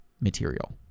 material